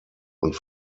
und